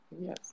yes